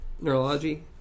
neurology